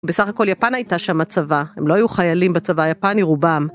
בסך הכל יפן הייתה שם הצבא, הם לא היו חיילים בצבא היפני רובם.